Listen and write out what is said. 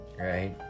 Right